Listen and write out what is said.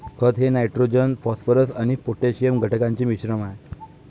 खत हे nitrogen phosphorus आणि पोटॅशियम घटकांचे मिश्रण आहे